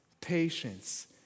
patience